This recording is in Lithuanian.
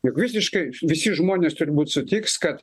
juk visiškai visi žmonės turbūt sutiks kad